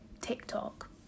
TikTok